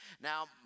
Now